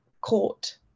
court